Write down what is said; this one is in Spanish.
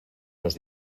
nos